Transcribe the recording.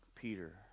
peter